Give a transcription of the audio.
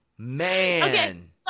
Man